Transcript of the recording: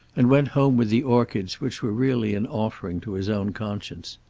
and went home with the orchids which were really an offering to his own conscience.